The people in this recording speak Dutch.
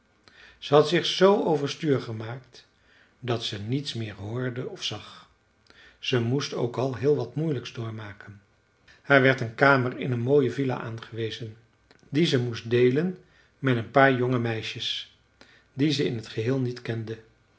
ze had zich zoo overstuur gemaakt dat ze niets meer hoorde of zag ze moest ook al heel wat moeilijks doormaken haar werd een kamer in een mooie villa aangewezen die ze moest deelen met een paar jonge meisjes die ze in t geheel niet kende